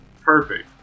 Perfect